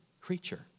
creature